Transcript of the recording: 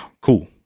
cool